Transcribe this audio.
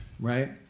Right